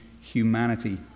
humanity